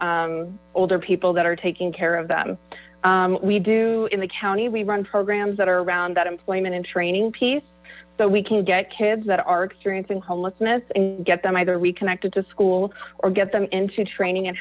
have older people that are taking care of them we do in the county we run programs that are around that employment and training piece so we can get kids that are experiencing homelessness and get them either reconnected to school or get them into training and